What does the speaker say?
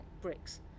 bricks